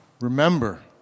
Remember